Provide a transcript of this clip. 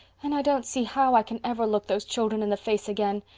and i don't see how i can ever look those children in the face again.